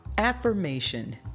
affirmation